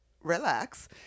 relax